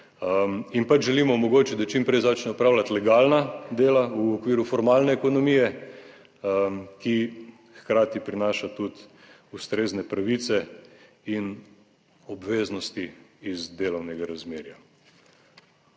jim pač želimo omogočiti, da čim prej začne opravljati legalna dela v okviru formalne ekonomije, ki hkrati prinaša tudi ustrezne pravice in obveznosti iz delovnega razmerja.